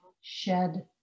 shed